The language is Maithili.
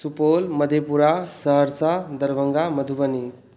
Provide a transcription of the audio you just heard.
सुपौल मधेपुरा सहरसा दरभङ्गा मधुबनी